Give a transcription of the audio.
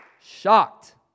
shocked